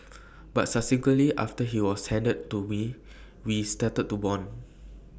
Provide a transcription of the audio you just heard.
but subsequently after he was handed to me we started to Bond